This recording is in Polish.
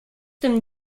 tym